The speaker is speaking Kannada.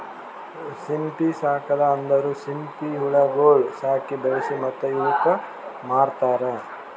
ಸಿಂಪಿ ಸಾಕದ್ ಅಂದುರ್ ಸಿಂಪಿ ಹುಳಗೊಳ್ ಸಾಕಿ, ಬೆಳಿಸಿ ಮತ್ತ ಇವುಕ್ ಮಾರ್ತಾರ್